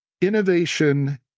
innovation